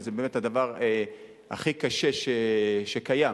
שזה הדבר הכי קשה שקיים.